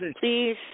Please